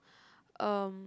um